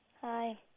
Hi